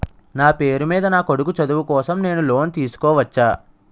నా పేరు మీద నా కొడుకు చదువు కోసం నేను లోన్ తీసుకోవచ్చా?